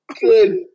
Good